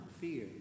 fear